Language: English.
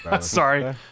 Sorry